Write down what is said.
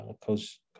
Coach